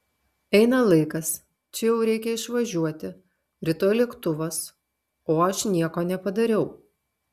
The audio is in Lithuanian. eina laikas čia jau reikia išvažiuoti rytoj lėktuvas o aš nieko nepadariau